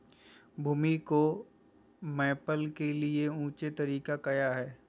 भूमि को मैपल के लिए ऊंचे तरीका काया है?